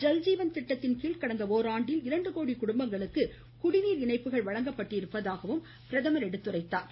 ஜல்ஜீவன் திட்டத்தின் கீழ் கடந்த ஓராண்டில் இரண்டு கோடி குடும்பங்களுக்கு குடிநீர் இணைப்புகள் வழங்கப்பட்டிருப்பதாகவும் அவர் எடுத்துரைத்தார்